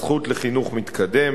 הזכות לחינוך מתקדם,